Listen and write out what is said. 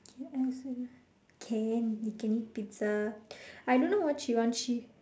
ya I also can we can eat pizza I don't know what she want she